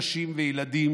נשים וילדים,